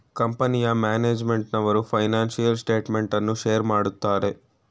ಕಂಪನಿಯ ಮ್ಯಾನೇಜ್ಮೆಂಟ್ನವರು financial statement ಅನ್ನು ಶೇರ್ ಮಾಡುತ್ತಾರೆ